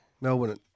Melbourne